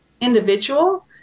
individual